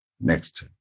Next